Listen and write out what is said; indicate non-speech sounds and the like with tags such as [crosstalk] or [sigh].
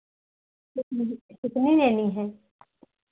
[unintelligible] कितनी लेनी है